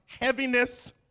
heaviness